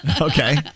Okay